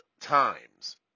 times